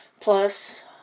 Plus